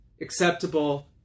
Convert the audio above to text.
acceptable